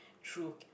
true